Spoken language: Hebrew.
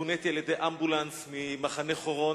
פוניתי על-ידי אמבולנס ממחנה חורון,